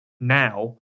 Now